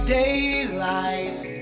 daylight